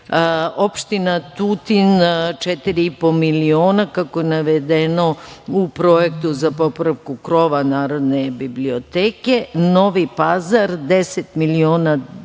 muzej. Opština Tutin 4,5 miliona, kako je navedeno u projektu za popravku krova Narodne biblioteke. Novi Pazar 10 miliona dinara